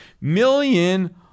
million